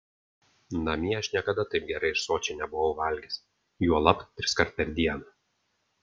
namie aš niekada taip gerai ir sočiai nebuvau valgęs juolab triskart per dieną